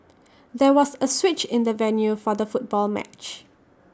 there was A switch in the venue for the football match